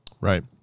Right